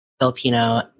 Filipino